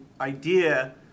idea